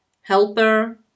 helper